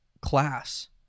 class